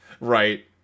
Right